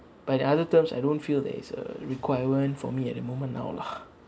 but in other terms I don't feel that it's a requirement for me at the moment now lah